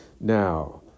Now